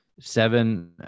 seven